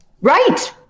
Right